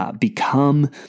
become